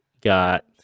got